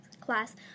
class